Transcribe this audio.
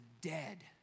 dead